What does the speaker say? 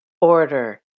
order